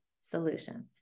solutions